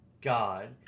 God